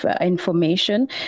information